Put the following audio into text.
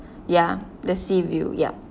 ya the sea view yup